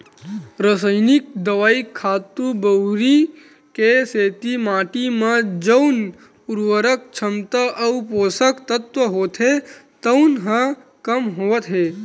रसइनिक दवई, खातू बउरई के सेती माटी म जउन उरवरक छमता अउ पोसक तत्व होथे तउन ह कम होवत हे